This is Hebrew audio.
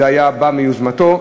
זה בא מיוזמתו.